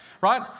Right